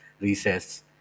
recess